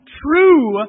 true